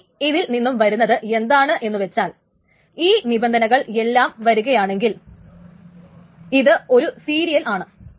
ഇനി ഇതിൽ നിന്നും വരുന്നത് എന്താണെന്നു വച്ചാൽ ഈ നിബന്ധനകൾ എല്ലാം വരുകയാണെങ്കിൽ ഇത് ഒരു സീരിയൽ ആണ്